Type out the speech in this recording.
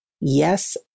yes